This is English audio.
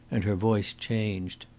and her voice changed.